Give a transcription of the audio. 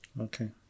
Okay